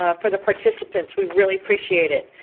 um for the participants. we really appreciate it.